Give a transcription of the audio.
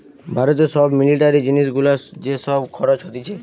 ভারতে সব মিলিটারি জিনিস গুলার যে সব খরচ হতিছে